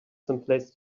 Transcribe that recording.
someplace